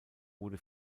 wurde